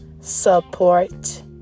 support